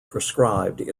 prescribed